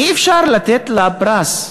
אי-אפשר לתת עליה פרס.